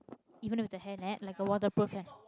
even with the hair net like a waterproof one